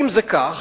אם זה כך,